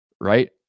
right